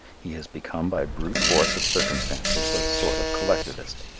he has become by brute force of circumstances a sort of collectivist,